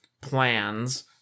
plans